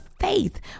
faith